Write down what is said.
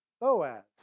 Boaz